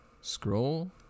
Scroll